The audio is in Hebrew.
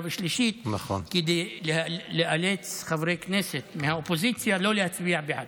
ושלישית כדי לאלץ חברי כנסת מהאופוזיציה לא להצביע בעד,